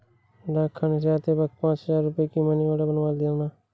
डाकखाने से आते वक्त पाँच हजार रुपयों का मनी आर्डर बनवा लाना